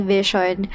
Vision